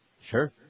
Sure